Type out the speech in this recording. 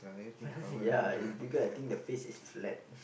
ya it's bigger I think the face is flat